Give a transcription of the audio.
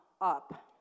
up